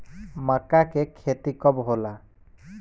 मक्का के खेती कब होला?